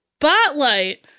spotlight